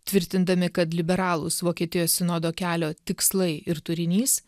tvirtindami kad liberalūs vokietijos sinodo kelio tikslai ir turinys